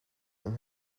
and